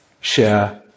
share